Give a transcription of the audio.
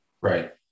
Right